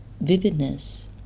vividness